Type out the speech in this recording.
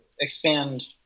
expand